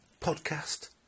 podcast